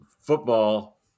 football